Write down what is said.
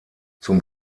zum